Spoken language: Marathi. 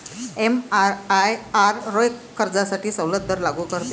एमआरआयआर रोख कर्जासाठी सवलत दर लागू करते